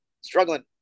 Struggling